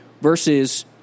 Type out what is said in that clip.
versus